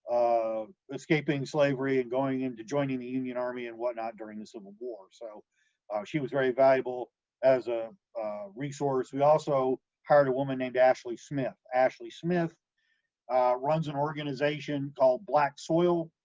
ah, escaping slavery and going into joining the union army and whatnot during the civil war, so she was very valuable as a resource. we also hired a woman named ashley smith. ashley smith runs an organization called black soil,